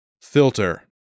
Filter